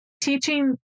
Teaching